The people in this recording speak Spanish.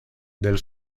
del